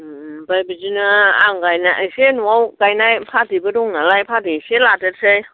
ओमफाय बिदिनो आं गायना एसे न'आव गाइनाय फाथैबो दं नालाय फाथै एसे लादेरसै